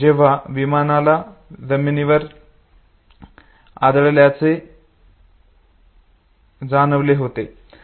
जेव्हा विमानाला जमिनीवर आदळले असल्याचे जाणवले होते